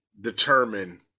determine